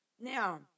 Now